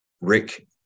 Rick